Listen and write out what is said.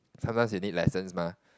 something you need lessons mah